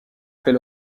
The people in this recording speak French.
fait